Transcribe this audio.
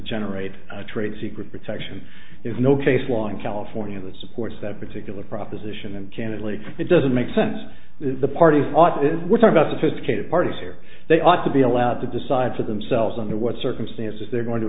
generate a trade secret protection is no case law in california that supports that particular proposition and candidly it doesn't make sense the parties ought is worth about sophisticated parties here they ought to be allowed to decide for themselves under what circumstances they're going to